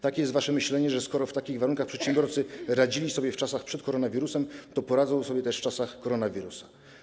Takie jest wasze myślenie, że skoro w takich warunkach przedsiębiorcy radzili sobie w czasach przed koronawirusem, to poradzą sobie też w czasach koronawirusa.